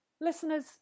Listeners